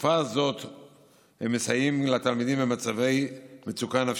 בתקופה זו הם מסייעים לתלמידים במצבי מצוקה נפשית.